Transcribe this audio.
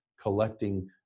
collecting